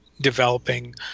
developing